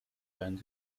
band